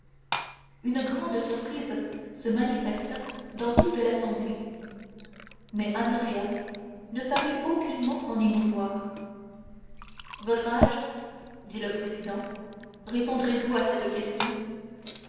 une grande surprise se manifesta dans toute l'assemblée mais andrea ne parut aucunement s'en émouvoir votre âge dit le président répondrez-vous à cette question